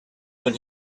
when